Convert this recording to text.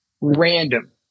random